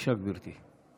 בבקשה, גברתי.